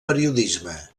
periodisme